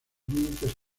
límites